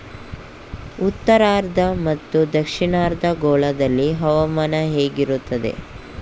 ಉತ್ತರಾರ್ಧ ಮತ್ತು ದಕ್ಷಿಣಾರ್ಧ ಗೋಳದಲ್ಲಿ ಹವಾಮಾನ ಹೇಗಿರುತ್ತದೆ?